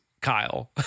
Kyle